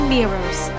Mirrors